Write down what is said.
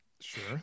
Sure